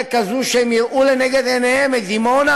כזו שהם יראו לנגד עיניהם את דימונה,